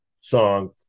song